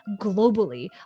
globally